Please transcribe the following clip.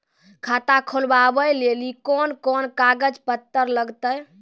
खाता खोलबाबय लेली कोंन कोंन कागज पत्तर लगतै?